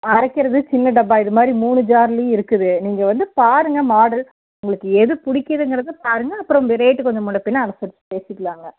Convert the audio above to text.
அரைக்கிறது சின்ன டப்பா இதுமாதிரி மூணு ஜார்லையும் இருக்குது நீங்கள் வந்து பாருங்கள் மாடல் உங்களுக்கு எது பிடிக்கிதுங்கிறதப் பாருங்கள் அப்புறம் ரேட்டு கொஞ்சம் முன்னப்பின்னே அனுசரிச்சு பேசிக்கலாங்க